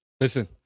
Listen